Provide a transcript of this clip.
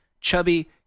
chubby